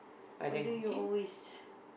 what do you always